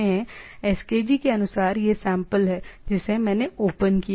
SKG के अनुसार यह सैंपल है जिसे मैंने ओपन किया है